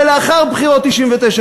ולאחר בחירות 1999,